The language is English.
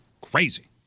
crazy